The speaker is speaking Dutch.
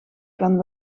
kan